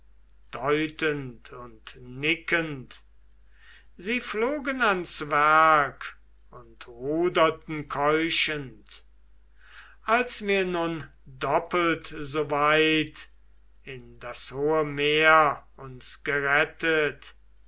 und nickend sie flogen ans werk und ruderten keuchend als wir nun doppelt so weit in das hohe meer uns gerettet